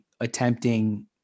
attempting